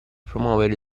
promuovere